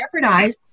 jeopardize